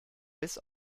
bis